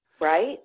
Right